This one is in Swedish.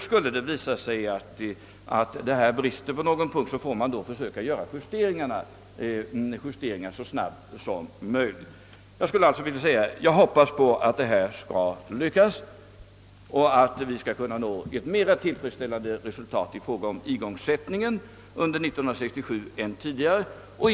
Skulle det visa sig att det brister på någon punkt, får man försöka göra justeringar så snabbt som möjligt. Jag hoppas att detta skall lyckas och att vi skall kunna nå ett mera tillfreds ställande resultat i fråga om igångsättningen under 1967 än tidigare.